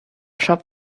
shop